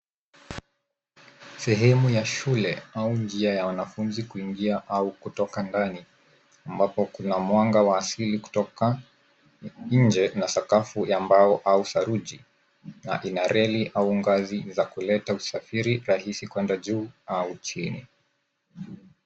Sehemu ya shule au njia ya wanafunzi kuingia au kutoka ndani ambapo kuna mwanga wa asili kutoka nje na sakafu ya mbao au saruji na ina reli au ngazi za kuleta usafiri rahisi kwenda juu au chini.